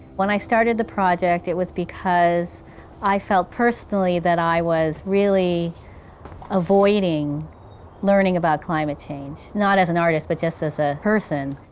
when i started the project it was because i felt personally that i was really avoiding learning about climate change. not as an artist but just as a person.